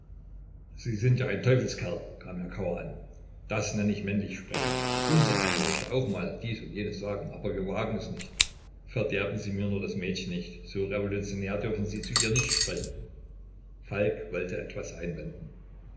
sie sind ja ein teufelskerl kam herr kauer an das nenn ich männlich sprechen unser einer möchte wohl auch mal dies und jenes sagen aber wir wagen es nicht verderben sie mir nur das mädchen nicht so revolutionär dürfen sie zu ihr nicht sprechen falk wollte etwas einwenden